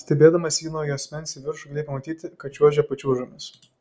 stebėdamas jį nuo juosmens į viršų galėjai pamanyti kad čiuožia pačiūžomis